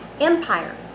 Empire